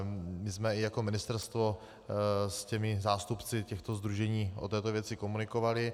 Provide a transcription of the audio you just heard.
My jsme jako ministerstvo se zástupci těchto sdružení o této věci komunikovali.